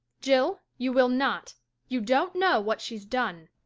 jill, you will not you don't know what she's done.